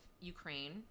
Ukraine